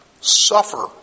suffer